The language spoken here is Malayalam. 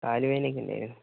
കാലുവേദനയൊക്കെ ഉണ്ടായിരുന്നു